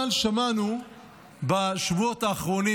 אבל שמענו בשבועות האחרונים,